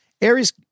Aries